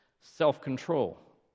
self-control